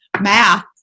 math